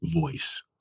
voice